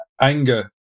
anger